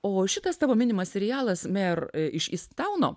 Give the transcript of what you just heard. o šitas tavo minimas rialas mer iš istauno